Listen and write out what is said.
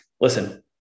listen